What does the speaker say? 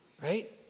Right